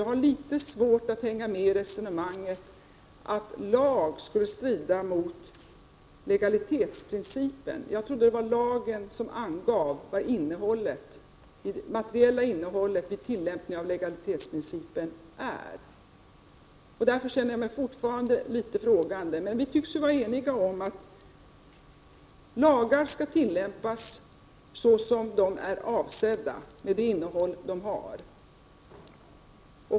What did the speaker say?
Jag har litet svårt att hänga med i Nic Grönvalls resonemang om att en lag skulle strida mot legalitetsprincipen. Jag trodde att det var lagen som angav vad det materiella innehållet vid tillämpningen av legalitetsprincipen är. Därför ställer jag mig fortfarande litet frågande till Nic Grönvalls resonemang. Men vi tycks vara eniga om att lagar skall tillämpas som de är avsedda att tillämpas med det innehåll de har.